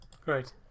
great